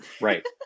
Right